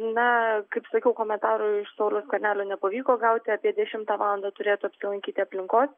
na kaip sakau komentarų iš sauliaus skvernelio nepavyko gauti apie dešimtą valandą turėtų apsilankyti aplinkos